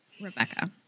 Rebecca